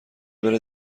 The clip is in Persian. بره